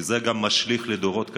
כי זה גם משליך לדורות קדימה.